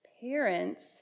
Parents